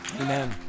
amen